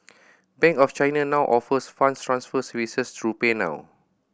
Bank of China now offers funds transfer services through PayNow